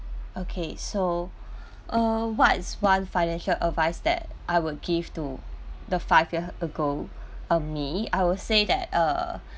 okay so err what is one financial advice that I would give to the five year ago of me I would say that err